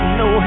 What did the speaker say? no